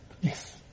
Yes